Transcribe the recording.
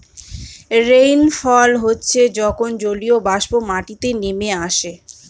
rainfall হচ্ছে যখন জলীয়বাষ্প মাটিতে নেমে আসে